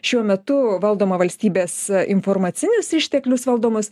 šiuo metu valdomą valstybės informacinius išteklius valdomus